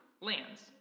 lands